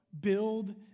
build